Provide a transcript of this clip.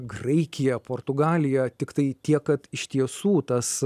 graikija portugalija tiktai tiek kad iš tiesų tas